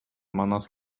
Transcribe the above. манас